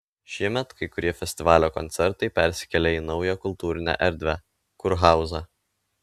šiemet kai kurie festivalio koncertai persikėlė į naują kultūrinę erdvę kurhauzą